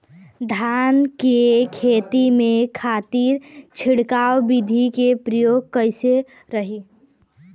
धान के खेती के खातीर छिड़काव विधी के प्रयोग कइसन रही?